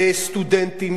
סטודנטים,